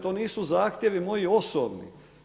To nisu zahtjevi moji osobni.